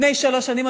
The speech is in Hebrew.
לפני שלוש שנים,